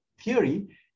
theory